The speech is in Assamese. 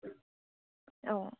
অঁ